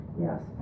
Yes